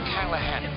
Callahan